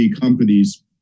companies